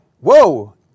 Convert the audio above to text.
whoa